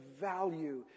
value